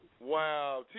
Wow